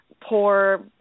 poor